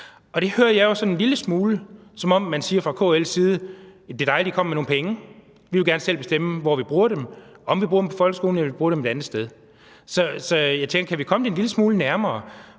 Det hører jeg jo sådan en lille smule, som om man fra KL's side siger: Det er dejligt, at I kommer med nogle penge, men vi vil gerne selv bestemme, hvor vi bruger dem, altså om vi bruger dem på folkeskolen eller vi bruger dem et andet sted. Så jeg tænker: Kan vi komme det en lille smule nærmere?